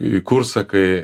į kur sakai